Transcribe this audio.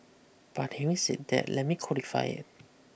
but having said that let me qualify it